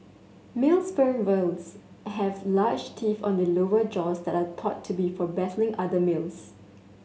male sperm whales have large teeth on the lower jaws that are thought to be for battling other males